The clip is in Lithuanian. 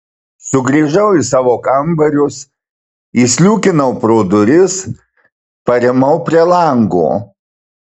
sugrįžau į savo kambarius įsliūkinau pro duris parimau prie lango